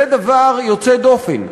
זה דבר יוצא דופן.